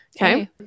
Okay